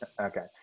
Okay